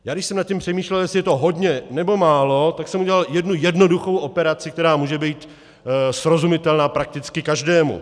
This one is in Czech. Když jsem nad tím přemýšlel, jestli je to hodně, nebo málo, tak jsem udělal jednu jednoduchou operaci, která může být srozumitelná prakticky každému.